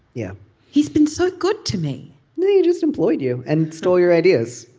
yeah he's been so good to me yeah you just employed you and stole your ideas.